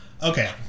Okay